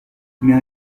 mais